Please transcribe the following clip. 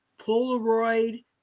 Polaroid